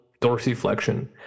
dorsiflexion